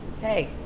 hey